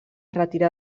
retirà